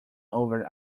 over